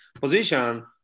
position